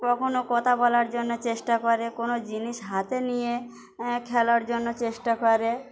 কখনও কথা বলার জন্য চেষ্টা করে কোনো জিনিস হাতে নিয়ে খেলার জন্য চেষ্টা করে